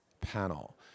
panel